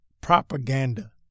propaganda